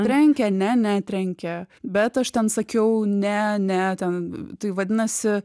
trenkė ne netrenkė bet aš ten sakiau ne ne ten tai vadinasi